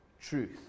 truth